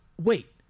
wait